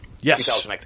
Yes